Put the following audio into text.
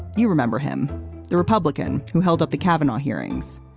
you remember him the republican who held up the cabinet hearings.